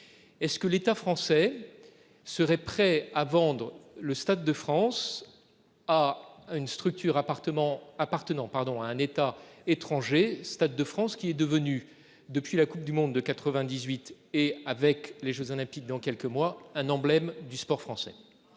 Est-ce que l'État français. Serait prêt à vendre le Stade de France à une structure appartements appartenant pardon à un État étranger, Stade de France qui est devenue depuis la Coupe du monde de 98 et avec les Jeux olympiques dans quelques mois un emblème du sport français.